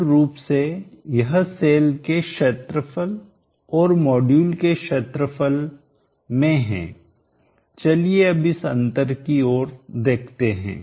मूल रूप से यह सेल के क्षेत्रफलएरिया और मॉड्यूल के क्षेत्रफलएरिया में है चलिए अब इस अंतर की ओर देखते हैं